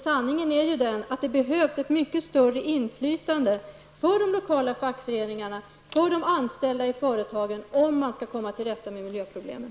Sanningen är att det behövs större inflytande för de lokala fackföreningarna, för de anställda i företagen, om man skall komma till rätta med miljöproblemen.